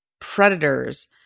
predators